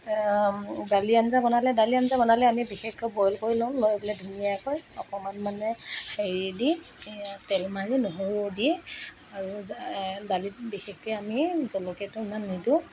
দালি আঞ্জা বনালে দালি আঞ্জা বনালে বিশেষকৈ বইল কৰি লওঁ লৈ পেলাই ধুনীয়াকৈ অকণমান মানে হেই দি তেল মাৰি নহৰু দি আৰু দালিত বিশেষকৈ আমি জলকীয়াটো ইমান নিদিওঁ